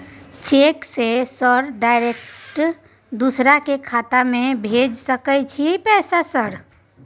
Cheque से sir direct दूसरा के खाता में भेज सके छै पैसा सर?